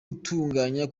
utunganya